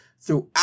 throughout